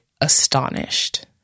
astonished